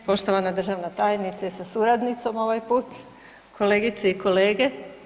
Poštovana državna tajnice sa suradnicom ovaj put, kolegice i kolege.